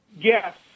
Yes